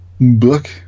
book